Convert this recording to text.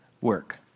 work